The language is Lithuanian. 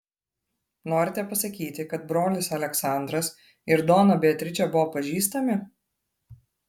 norite pasakyti kad brolis aleksandras ir dona beatričė buvo pažįstami